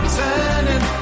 turning